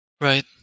Right